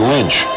Lynch